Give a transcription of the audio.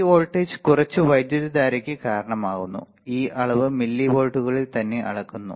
ഈ വോൾട്ടേജ് കുറച്ച് വൈദ്യുതധാരയ്ക്ക് കാരണമാകുന്നു ഈ അളവ് മില്ലിവോൾട്ടുകളിൽ തന്നെ അളക്കുന്നു